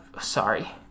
sorry